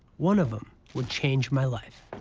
one of them would change my life.